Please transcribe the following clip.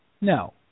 no